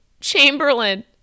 Chamberlain